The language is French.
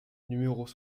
numéros